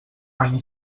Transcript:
any